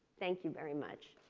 thank you very much.